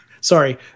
Sorry